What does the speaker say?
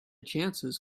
chances